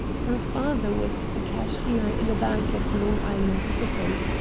her father was cashier in a bank at long island city.